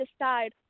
decide